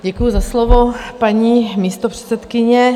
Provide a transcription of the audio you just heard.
Děkuji za slovo, paní místopředsedkyně.